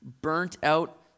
burnt-out